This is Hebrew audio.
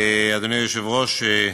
אדוני היושב-ראש,